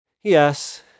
Yes